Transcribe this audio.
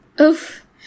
Oof